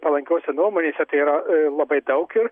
palankiose nuomonėse tai yra labai daug ir